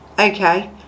okay